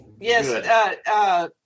Yes